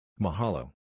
Mahalo